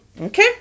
okay